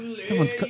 Someone's